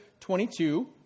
22